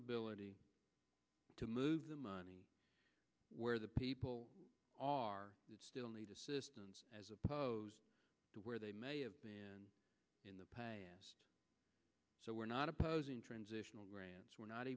ability to move the money where the people are still need assistance as opposed to where they may be in the so we're not opposing transitional grants we're not